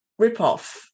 ripoff